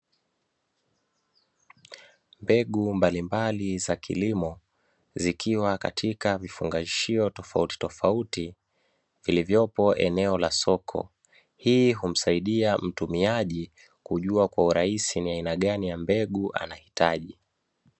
Mbegu mbalimbali za kilimo zikiwa katika vifungashio tofauti tofauti zilizoko katika eneo la soko, hii humsaidia mtumiaji kujua kwa urahisi ni aina gani ya mbegu anahitaji.